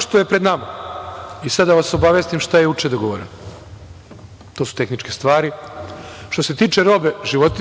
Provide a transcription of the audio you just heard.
što je pred nama, i sada da vas obavestim šta je juče dogovoreno, to su tehničke stvari, što se tiče